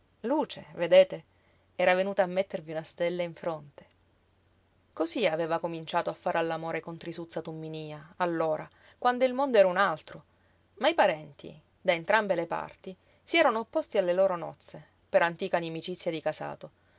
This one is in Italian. luce vedete era venuta a mettervi una stella in fronte cosí aveva cominciato a fare all'amore con trisuzza tumminía allora quando il mondo era un altro ma i parenti da entrambe le parti si erano opposti alle loro nozze per antica nimicizia di casato